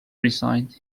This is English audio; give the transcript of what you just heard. resigned